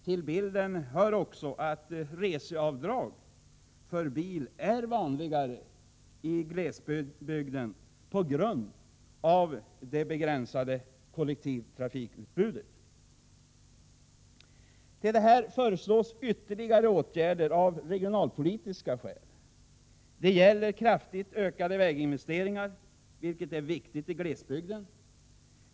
Till bilden hör också att reseavdrag för bil är vanligare i glesbygden på grund av det begränsade kollektivtrafikutbudet. Till detta föreslås ytterligare åtgärder av regionalpolitiska skäl. Det gäller kraftigt ökade väginvesteringar, vilket är viktigt i glesbygden.